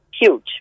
Huge